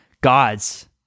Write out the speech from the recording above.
Gods